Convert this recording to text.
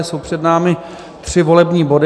Jsou před námi tři volební body.